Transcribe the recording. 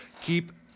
Keep